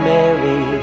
Mary